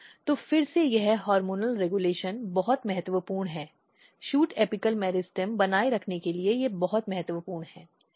तो फिर से यह हार्मोनल रेगुलेशन बहुत महत्वपूर्ण है शूट एपिकल मेरिस्टेम बनाए रखने के लिए यह बहुत महत्वपूर्ण है